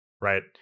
Right